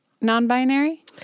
non-binary